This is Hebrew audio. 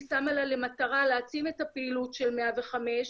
שמה לה למטרה להעצים את הפעילות של 105,